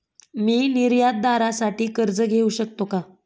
मी निर्यातदारासाठी कर्ज घेऊ शकतो का?